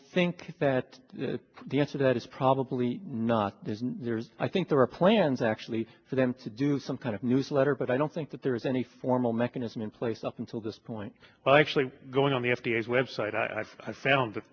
think that the answer to that is probably not there's there's i think there are plans actually for them to do some kind of newsletter but i don't think that there is any formal mechanism in place up until this point well actually going on the f d a web site i found